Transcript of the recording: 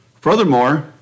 Furthermore